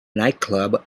nightclub